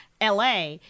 la